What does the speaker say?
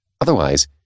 Otherwise